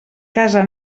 casa